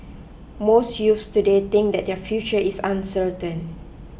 most youths today think that their future is uncertain